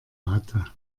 hatte